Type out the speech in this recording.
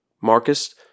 Marcus